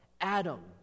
Adam